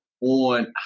on